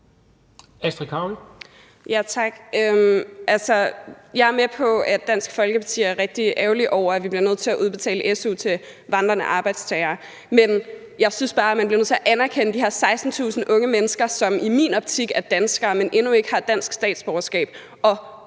Jeg er med på, at Dansk Folkeparti er rigtig ærgerlig over, at vi bliver nødt til at udbetale su til vandrende arbejdstagere, men jeg synes bare, at man er nødt til at anerkende, at der er 16.000 unge mennesker, som i min optik er danskere, men som endnu ikke har dansk statsborgerskab,